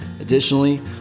Additionally